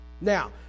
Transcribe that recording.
Now